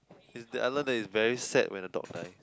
is the Allen that is very sad when the dog died